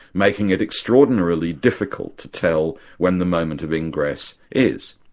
making it extraordinarily difficult to tell when the moment of ingress is.